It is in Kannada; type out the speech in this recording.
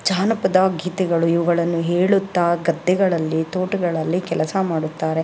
ಜಾನಪದ ಗೀತೆಗಳು ಇವುಗಳನ್ನು ಹೇಳುತ್ತಾ ಗದ್ದೆಗಳಲ್ಲಿ ತೋಟಗಳಲ್ಲಿ ಕೆಲಸ ಮಾಡುತ್ತಾರೆ